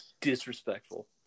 Disrespectful